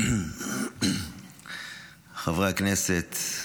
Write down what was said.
חברי הכנסת,